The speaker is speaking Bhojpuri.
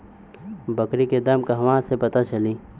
बकरी के दाम कहवा से पता चली?